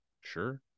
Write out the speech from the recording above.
Sure